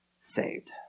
saved